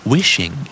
Wishing